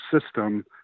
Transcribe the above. system